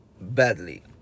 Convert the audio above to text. badly